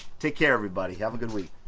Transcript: take care everybody, have a good week.